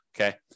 okay